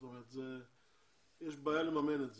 זאת אומרת יש בעיה לממן את זה,